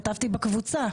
כתבתי בקבוצה.